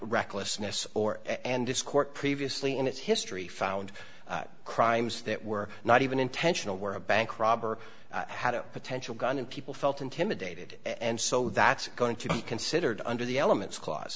recklessness or and this court previously in its history found crimes that were not even intentional where a bank robber had a potential gun and people felt intimidated and so that's going to be considered under the elements cla